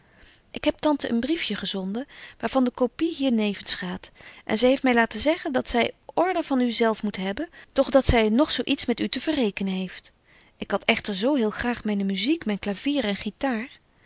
ik heb tante een briefje gezonden waar van de copy hier nevens gaat en zy heeft my laten zeggen dat zy order van u zelf moet hebben doch dat zy nog zo iets met u te verrekenen heeft ik had echter zo heel graag myne muziek myn clavier en guitar